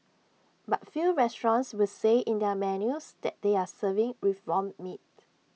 but few restaurants will say in their menus that they are serving reformed meat